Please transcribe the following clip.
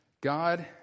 God